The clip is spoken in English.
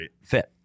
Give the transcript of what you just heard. fit